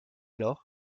lors